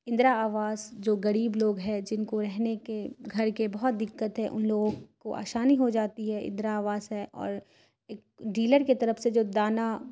اندرا آواس جو غریب لوگ ہے جن کو رہنے کے گھر کے بہت دقت ہے ان لوگوں کو آسانی ہو جاتی ہے اندرا آواس ہے اور ایک ڈیلر کے طرف سے جو دانہ